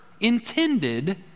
intended